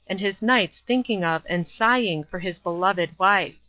and his nights thinking of and sighing for his beloved wife.